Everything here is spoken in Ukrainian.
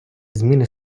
зміни